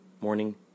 morning